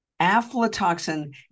aflatoxin